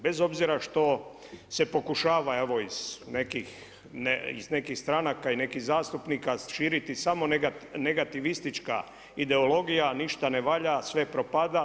Bez obzira što se pokušava evo iz nekih stranaka i nekih zastupnika širiti samo negativistička ideologija, ništa ne valja, sve propada.